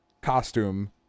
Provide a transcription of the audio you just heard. costume